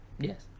yes